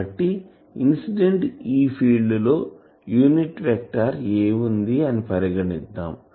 కాబట్టి incident E field లో unit vector ai వుంది అని పరిగణిద్దాం